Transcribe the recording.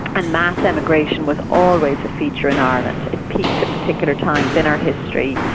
and mass emigration was always a feature in ireland. it peaked at particular times in our history,